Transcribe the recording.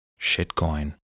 Shitcoin